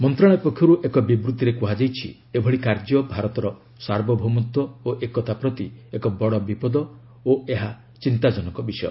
ମନ୍ତ୍ରଣାଳୟ ପକ୍ଷରୁ ଏକ ବିବୃତ୍ତିରେ କୁହାଯାଇଛି ଏଭଳି କାର୍ଯ୍ୟ ଭାରତର ସାର୍ବଭୌମତ୍ୱ ଓ ଏକତା ପ୍ରତି ଏକ ବଡ଼ ବିପଦ ଓ ଏହା ଚିନ୍ତାଜନକ ବିଷୟ